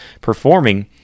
performing